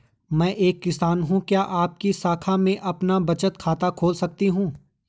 मैं एक किसान हूँ क्या मैं आपकी शाखा में अपना बचत खाता खोल सकती हूँ?